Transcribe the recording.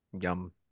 yum